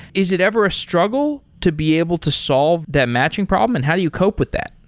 is it ever a struggle to be able to solve that matching problem and how do you cope with that?